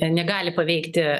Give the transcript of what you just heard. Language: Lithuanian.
negali paveikti